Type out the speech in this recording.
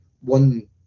one